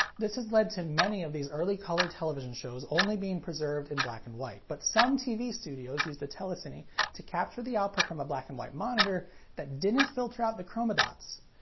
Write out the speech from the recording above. this had led to many of these early color television shows only being preserved in black and white. but some tv studios used a telecine to capture the output from a black and white monitor that didn't filter out the chroma dots.